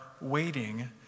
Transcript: waiting